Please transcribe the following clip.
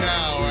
Now